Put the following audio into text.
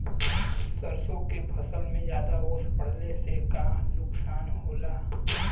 सरसों के फसल मे ज्यादा ओस पड़ले से का नुकसान होला?